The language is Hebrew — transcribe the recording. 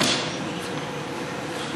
הכנסת נתקבלה.